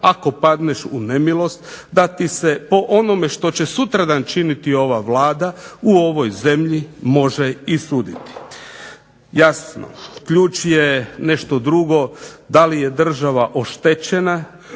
ako padneš u nemilost da ti se po onome što će se sutradan činiti ova Vlada u ovoj zemlji može i suditi. Jasno ključ je nešto drugo, da li je država oštećena